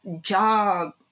job